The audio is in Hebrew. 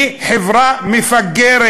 היא חברה מפגרת,